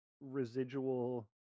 residual